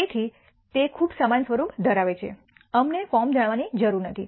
તેથી તે ખૂબ સમાન સ્વરૂપ ધરાવે છે અમને ફોર્મ જાણવાની જરૂર નથી